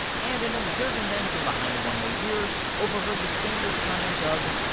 and in observing them from behind a one-way mirror, overheard the standard comment of,